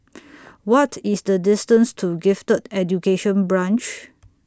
What IS The distance to Gifted Education Branch